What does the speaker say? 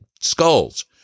skulls